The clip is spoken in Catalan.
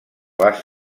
les